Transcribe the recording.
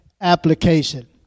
application